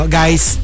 guys